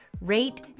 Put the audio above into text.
rate